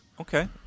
Okay